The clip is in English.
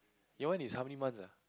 your one is how many months ah